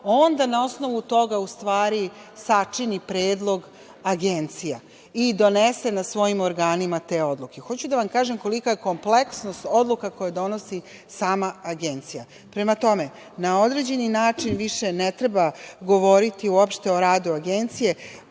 onda na osnovu toga u stvari sačini predlog agencija i donese na svojim organima te odluke. Hoću da vam kažem kolika je kompleksnost odluka koje donosi sama agencija. Prema tome, na određeni način više ne treba govoriti uopšte o radu agencije.